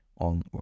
on